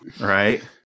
Right